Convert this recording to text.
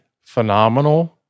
phenomenal